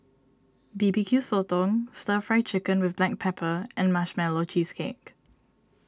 B B Q Sotong Stir Fry Chicken with Black Pepper and Marshmallow Cheesecake